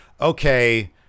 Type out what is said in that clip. okay